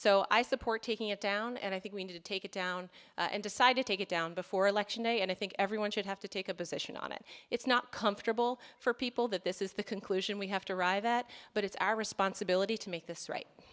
so i support taking it down and i think we need to take it down and decide to take it down before election day and i think everyone should have to take a position on it it's not comfortable for people that this is the conclusion we have to arrive at but it's our responsibility to make this right